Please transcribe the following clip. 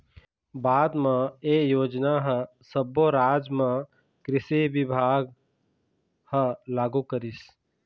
बाद म ए योजना ह सब्बो राज म कृषि बिभाग ह लागू करिस